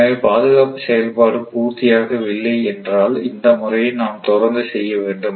எனவே பாதுகாப்பு செயல்பாடு பூர்த்தியாகவில்லை என்றால் இந்த முறையை நாம் தொடர்ந்து செய்ய வேண்டும்